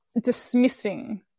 dismissing